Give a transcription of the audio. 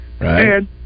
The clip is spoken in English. Right